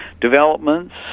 developments